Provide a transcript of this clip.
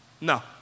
No